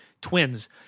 twins